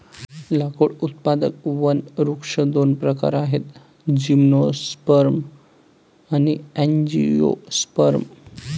लाकूड उत्पादक वनवृक्ष दोन प्रकारात आहेतः जिम्नोस्पर्म आणि अँजिओस्पर्म